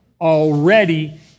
already